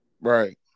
right